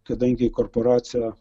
kadangi korporacija